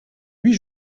huit